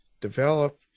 develop